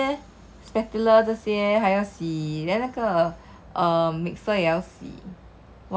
!aiya! lazy leh you know 做完了还要洗洗洗洗这样多东西 then hor 那些